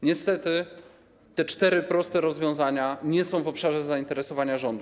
Niestety te cztery proste rozwiązania nie są w obszarze zainteresowania rządu.